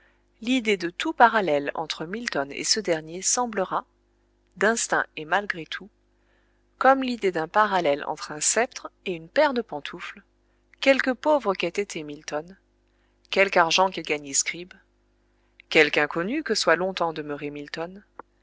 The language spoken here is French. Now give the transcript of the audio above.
l'idée de tout parallèle entre milton et ce dernier semblera d'instinct et malgré tout comme l'idée d'un parallèle entre un sceptre et une paire de pantoufles quelque pauvre qu'ait été milton quelque argent qu'ait gagné scribe quelque inconnu que soit longtemps demeuré milton